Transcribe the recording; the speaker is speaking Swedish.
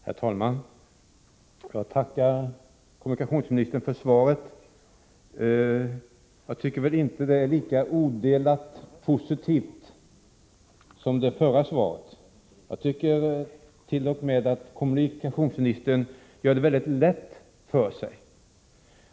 Herr talman! Jag tackar kommunikationsministern för svaret, som enligt min uppfattning inte är lika odelat positivt som svaret på den föregående interpellationen. Jag tycker t.o.m. att kommunikationsministern i det här svaret har gjort det väldigt lätt för sig.